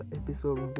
episode